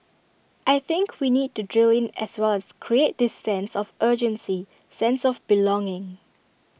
I think we need to drill in as well as create this sense of urgency sense of belonging